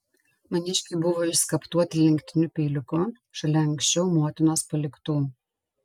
maniškiai buvo išskaptuoti lenktiniu peiliuku šalia anksčiau motinos paliktų